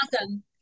Awesome